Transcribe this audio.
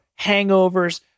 hangovers